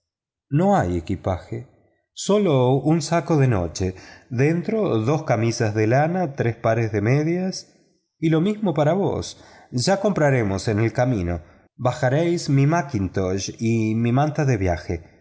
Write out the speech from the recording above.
no hay equipaje sólo un saco de noche dentro dos camisas de lana tres pares de medias y lo mismo para vos ya compraremos en el camino bajaréis mi mackintosh y mi manta de viaje